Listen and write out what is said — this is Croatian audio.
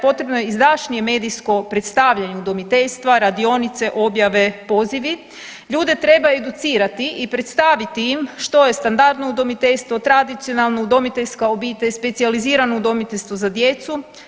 Potrebno je izdašnije medijsko predstavljanje udomoteljstva, radionice, objave, pozivi, ljude treba educirati i predstaviti im što je standardno udomiteljstvo, tradicionalno, udomiteljska obitelj, specijalizirano udomiteljstvo za djecu.